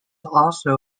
also